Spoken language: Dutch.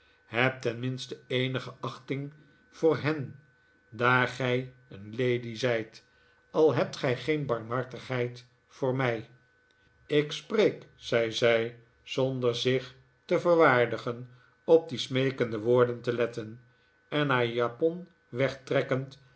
heb tenminste eenige achting voor hen daar gij een lady zijt al hebt gij geen barmhartigheid voor mij ik spreek zei zij zonder zich te verwaardigen op die smeekende woorden te letteii en haar japon wegtrekkend